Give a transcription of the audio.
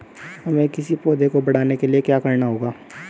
हमें किसी पौधे को बढ़ाने के लिये क्या करना होगा?